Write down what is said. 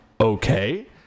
okay